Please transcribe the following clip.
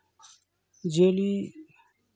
ᱡᱤᱭᱟᱹᱞᱤ